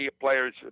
players